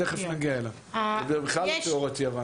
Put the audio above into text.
בכלל לא תיאורטי.